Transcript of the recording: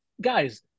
guys